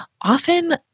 often